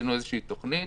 עשינו איזו תוכנית